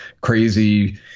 crazy